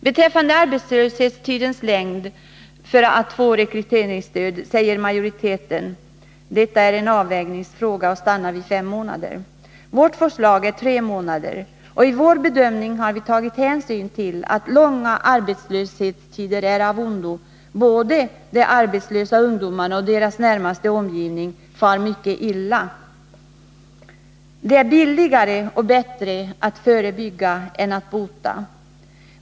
Beträffande arbetslöshetstidens längd för att rekryteringsstödet skall utgå säger utskottsmajoriteten: ”Detta är en avvägningsfråga.” Och majoriteten har stannat vid fem månader. Vårt förslag är tre månader. I vår bedömning har vi tagit hänsyn till att långa arbetslöshetstider är av ondo — både de arbetslösa ungdomarna och deras närmaste omgivning far mycket illa. Det är billigare och bättre att förebygga än att bota.